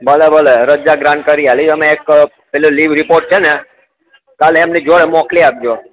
ભલે ભલે રજા ગ્રાન્ટ કરી આપીશ તમે એક લીવ રિપોર્ટ છે ને કાલે એમની જોડે મોકલી આપજો